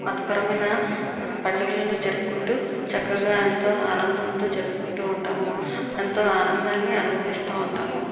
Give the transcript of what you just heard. మతపరమైన పండగలు అనేది జరుపుకుంటూ చక్కగా ఎంతో ఆనందంతో జరుపుకుంటూ ఉంటాము ఎంతో ఆనందాన్ని అనుభవిస్తూ ఉంటాము